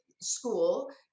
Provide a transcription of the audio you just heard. school